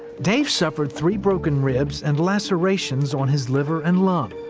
dave suffered three broken ribs and lacerations on his liver and lung.